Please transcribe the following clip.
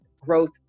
growth